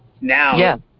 now